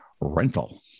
Rental